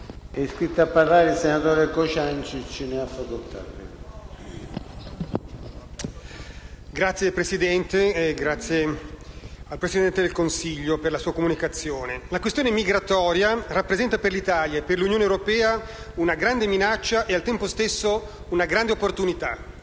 desidero ringraziare il Presidente del Consiglio, per la sua comunicazione. La questione migratoria rappresenta per l'Italia e per l'Unione europea una grande minaccia e, al tempo stesso, una grande opportunità.